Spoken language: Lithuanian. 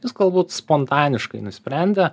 jis galbūt spontaniškai nusprendė